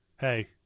hey